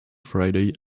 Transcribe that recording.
friday